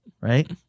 right